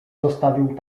zostawił